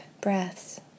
breaths